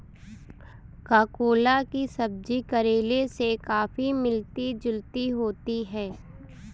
ककोला की सब्जी करेले से काफी मिलती जुलती होती है